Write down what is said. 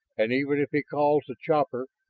and even if he calls the copter,